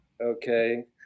okay